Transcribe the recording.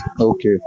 Okay